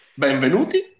Benvenuti